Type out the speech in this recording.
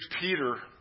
Peter